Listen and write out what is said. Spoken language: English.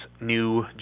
new